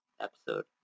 episode